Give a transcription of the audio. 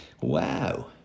Wow